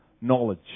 knowledge